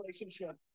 relationship